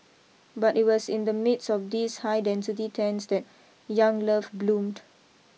but it was in the midst of these high density tents that young love bloomed